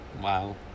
Wow